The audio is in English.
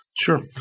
Sure